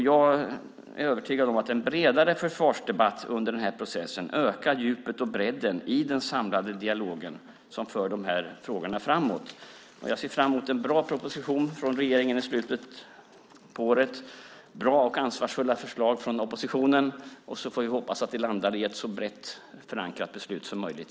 Jag är övertygad om att en bredare försvarsdebatt under denna process ökar djupet och bredden i den samlade dialog som för dessa frågor framåt. Jag ser fram emot en bra proposition från regeringen i slutet av året och bra och ansvarsfulla förslag från oppositionen. Vi får hoppas att riksdagen landar i ett så brett förankrat beslut som möjligt.